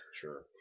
Sure